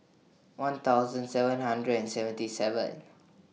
one thousand seven hundred and seventy seven